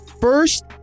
first